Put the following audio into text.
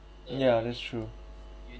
yeah that's true